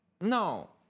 No